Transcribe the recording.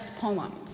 poems